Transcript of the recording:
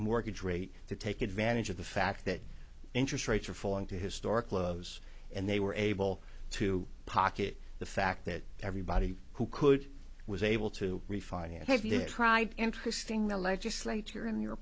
mortgage rate to take advantage of the fact that interest rates are falling to historic lows and they were able to pocket the fact that everybody who could was able to refinance have you tried interesting the legislature in your